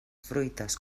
fruites